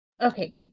Okay